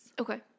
Okay